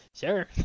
sure